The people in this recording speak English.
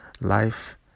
Life